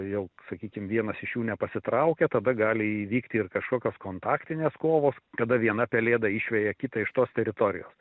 jau sakykim vienas iš jų nepasitraukia tada gali įvykti ir kažkokios kontaktinės kovos kada viena pelėda išveja kitą iš tos teritorijos